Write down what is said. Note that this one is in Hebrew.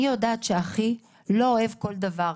אני יודעת שאחי לא אוהב כל דבר,